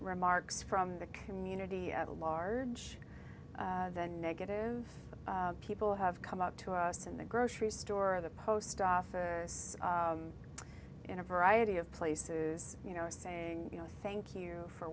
remarks from the community at large than negative people have come up to us in the grocery store or the post office in a variety of places you know saying you know thank you for